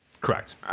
Correct